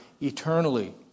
eternally